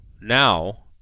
now